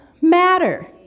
matter